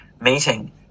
meeting